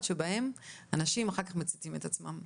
שבגללם אנשים אחר כך מציתים את עצמם,